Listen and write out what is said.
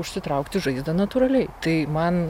užsitraukti žaizdą natūraliai tai man